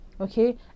okay